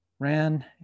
ran